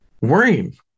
worrying